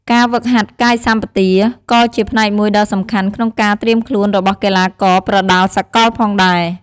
ការហ្វឹកហាត់កាយសម្បទា ក៏ជាផ្នែកមួយដ៏សំខាន់ក្នុងការត្រៀមខ្លួនរបស់កីឡាករប្រដាល់សកលផងដែរ។